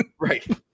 Right